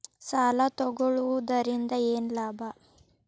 ಸಾಲ ತಗೊಳ್ಳುವುದರಿಂದ ಏನ್ ಲಾಭ?